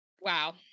wow